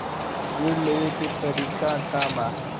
ऋण लेवे के तरीका का बा?